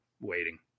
waiting